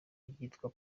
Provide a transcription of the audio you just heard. ryitwa